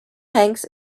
hanks